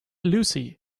lucy